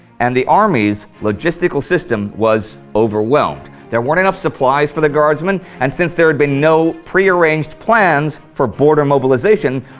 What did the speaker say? and the army's logistical system was overwhelmed. there weren't enough supplies for the guardsmen, and since there had been no prearranged plans for border mobilization,